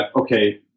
okay